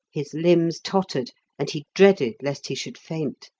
his limbs tottered, and he dreaded lest he should faint.